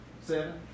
seven